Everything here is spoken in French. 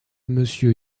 monsieur